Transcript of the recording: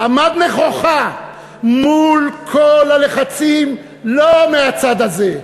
עמד נכוחה מול כל הלחצים, לא מהצד הזה,